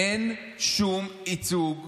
אין שום ייצוג למזרחים.